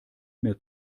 mehr